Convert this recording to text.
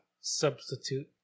substitute